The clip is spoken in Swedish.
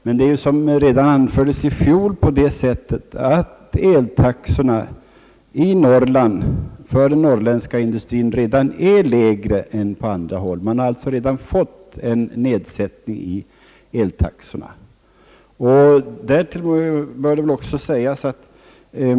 Men det är ju som redan anfördes i fjol på det sättet att eltaxorna i Norrland för den norrländska industrin redan är lägre än på andra håll. Man har där alltså redan fått en nedsättning av eltaxorna.